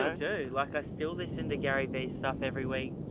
ah jay, like i still listen to gary v stuff every week.